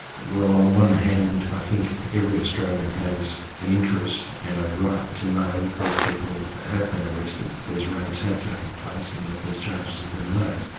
well on the one hand i think every australian has an interest and a right to know that these people have been arrested, that these raids have taken place and that these charges have been laid.